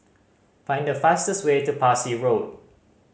find the fastest way to Parsi Road